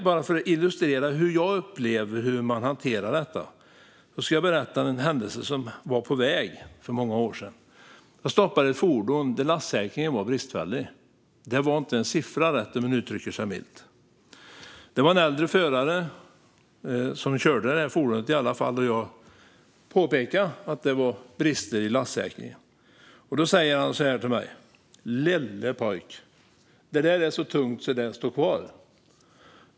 Bara för att illustrera hur jag upplever hur detta hanteras ska jag berätta om en händelse som skedde på väg för många år sedan. Jag stoppade ett fordon där lastsäkringen var bristfällig; det var inte en siffra rätt, om man uttrycker sig milt. Det var en äldre förare som körde fordonet, och jag påpekade att det fanns brister i lastsäkringen. Då sa han: "Lille pojk, det där är så tungt att det står kvar!"